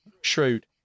shrewd